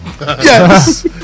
Yes